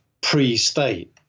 pre-state